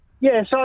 Yes